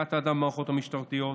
בדיקת האדם במערכות המשטרתיות,